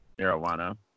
marijuana